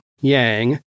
Yang